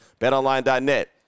Betonline.net